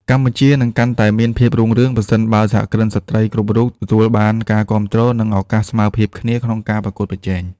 កម្ពុជានឹងកាន់តែមានភាពរុងរឿង ប្រសិនបើសហគ្រិនស្ត្រីគ្រប់រូបទទួលបានការគាំទ្រ និងឱកាសស្មើភាពគ្នាក្នុងការប្រកួតប្រជែង។